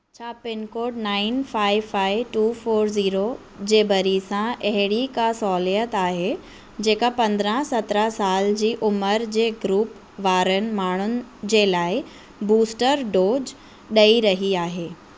छा pin code nine five five two four zero जे भरिसां अहिड़ी का सहूलियत आहे जेका पंद्ररां सत्रहं साल जी उमरि जे ग्रूप वारनि माण्हुनि जे लाइ बूस्टर डोज ॾई रही आहे